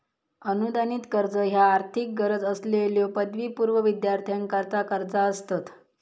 अनुदानित कर्ज ह्या आर्थिक गरज असलेल्यो पदवीपूर्व विद्यार्थ्यांकरता कर्जा असतत